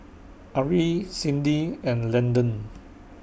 Ari Cindy and Landon